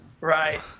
right